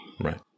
Right